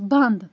بنٛد